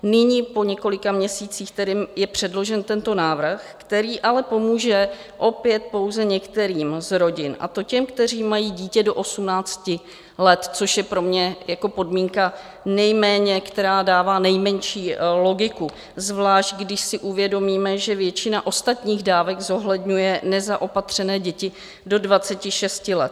Nyní, po několika měsících, je předložen tento návrh, který ale pomůže opět pouze některým z rodin, a to těm, které mají dítě do 18 let, což je pro mě podmínka, která dává nejmenší logiku, zvlášť když si uvědomíme, že většina ostatních dávek zohledňuje nezaopatřené děti do 26 let.